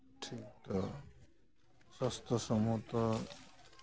ᱴᱷᱤᱠ ᱫᱚ ᱥᱟᱥᱛᱷᱚ ᱥᱚᱢᱢᱚᱛᱚ